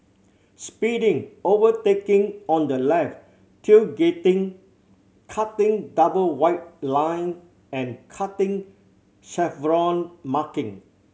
speeding overtaking on the left tailgating cutting double white line and cutting chevron marking